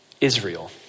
Israel